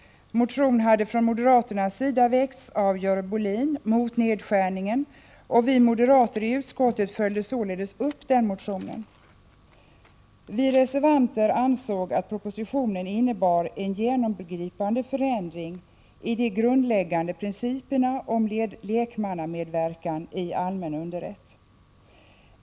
Motion hade från moderaternas sida väckts av Görel Bohlin mot nedskärningen, och vi moderater i utskottet följde således upp den motionen. Vi reservanter ansåg att propositionen innebar en genomgripande förändring i de grundläggande principerna om lekmannamedverkan i allmän underrätt.